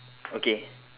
okay